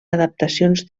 adaptacions